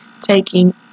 taking